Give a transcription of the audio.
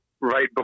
right